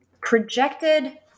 projected